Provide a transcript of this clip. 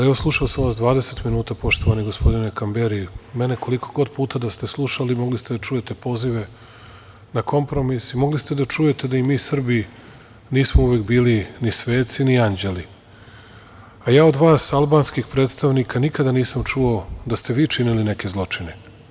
Evo, slušao sam vas 20 minuta, poštovani gospodine Kamberi, mene koliko god puta da ste slušali, mogli ste da čujete pozive na kompromis i mogli ste da čujete da i mi, Srbi nismo uvek bili ni sveci ni anđeli, a ja od vas, albanskih predstavnika nikada nisam čuo da ste vi činili neke zločine.